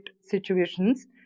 situations